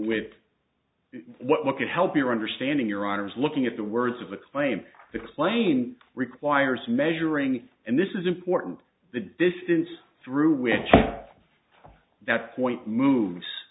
with what could help your understanding your honour's looking at the words of a claim to explain requires measuring and this is important the distance through which that point moves